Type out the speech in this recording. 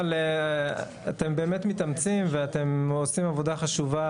אתם באמת מתאמצים ואתם עושים עבודה חשובה,